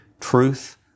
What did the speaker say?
truth